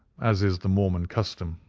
as is the mormon custom.